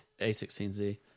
A16Z